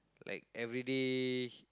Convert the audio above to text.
like everyday